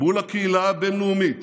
מול הקהילה הבין-לאומית